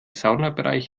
saunabereich